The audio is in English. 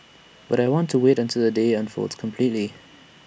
but I want to wait until the day unfolds completely